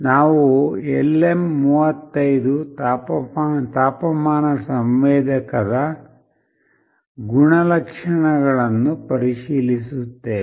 ನಾವು LM35 ತಾಪಮಾನ ಸಂವೇದಕದ ಗುಣಲಕ್ಷಣಗಳನ್ನು ಪರಿಶೀಲಿಸುತ್ತೇವೆ